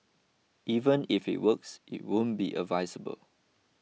even if it works it won't be advisable